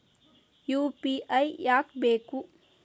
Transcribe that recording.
UPI ಯಾಕ್ ಬೇಕು?